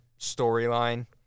storyline